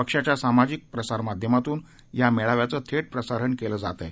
पक्षाच्या सामाजिक प्रसारमाध्यमातून या मेळाव्याचं थेट प्रसारण केलं जात आहे